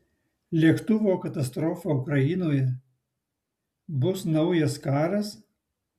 lėktuvo katastrofa ukrainoje bus naujas karas